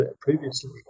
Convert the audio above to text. previously